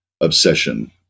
obsession